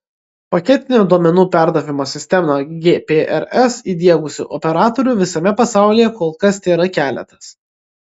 paketinio duomenų perdavimo sistemą gprs įdiegusių operatorių visame pasaulyje kol kas tėra keletas